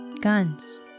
Guns